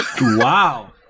Wow